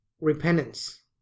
repentance